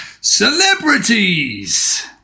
celebrities